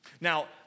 Now